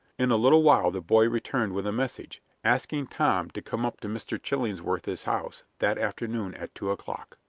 in a little while the boy returned with a message, asking tom to come up to mr. chillingsworth's house that afternoon at two o'clock.